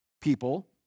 people